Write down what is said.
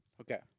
Okay